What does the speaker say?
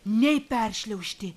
nei peršliaužti